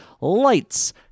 Lights